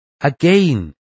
Again